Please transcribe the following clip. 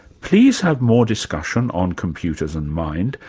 please have more discussion on computers and mind,